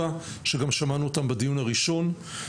שגם שמענו אותם בדיון הראשון.